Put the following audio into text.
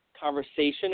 conversation